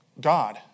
God